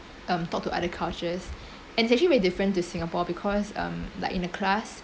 um talk to other cultures and it's actually very different to singapore because um like in the class